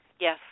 Yes